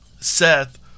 Seth